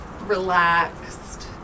relaxed